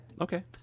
Okay